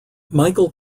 michael